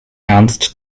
ernst